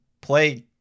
play